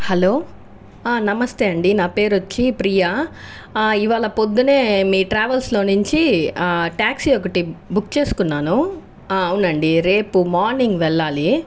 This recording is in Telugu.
హలో ఆ నమస్తే అండి నా పేరు వచ్చి ప్రియా ఇవాళ పొద్దున్న మీ ట్రావెల్స్లో నుంచి ట్యాక్సీ ఒకటి బుక్ చేసుకున్నాను ఆ అవునండి రేపు మార్నింగ్ వెళ్ళాలి